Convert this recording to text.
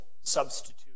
substitute